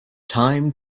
time